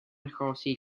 achosi